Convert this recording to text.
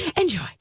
Enjoy